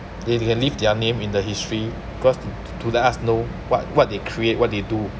they can leave their name in the history cause to to let us know what what they create what they do